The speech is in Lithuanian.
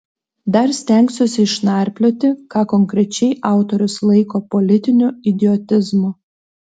dar stengsiuosi išnarplioti ką konkrečiai autorius laiko politiniu idiotizmu